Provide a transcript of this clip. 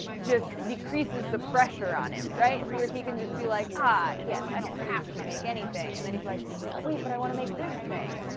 just decreases the pressure on him, right? so where he can just be like ah, yes! i don't have to make anything, and then he's like wait, but i wanna make this thing!